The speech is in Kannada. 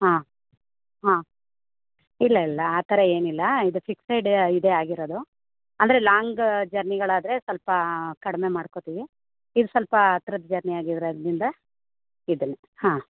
ಹಾಂ ಹಾಂ ಇಲ್ಲ ಇಲ್ಲ ಆ ಥರ ಏನಿಲ್ಲ ಇದು ಫಿಕ್ಸೆಡ ಇದೇ ಆಗಿರೋದು ಅಂದರೆ ಲಾಂಗ ಜರ್ನಿಗಳಾದರೆ ಸ್ವಲ್ಪ ಕಡಿಮೆ ಮಾಡ್ಕೊತೀವಿ ಇದು ಸ್ವಲ್ಪ ಹತ್ರದ ಜರ್ನಿ ಆಗಿರೋದರಿಂದ ಇದನ್ನ ಹಾಂ